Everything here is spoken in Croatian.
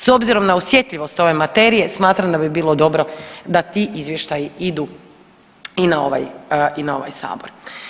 S obzirom na osjetljivost ove materije smatram da bi bilo dobro da ti izvještaji idu i na ovaj, i na ovaj sabor.